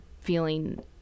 feeling